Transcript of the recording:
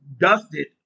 dusted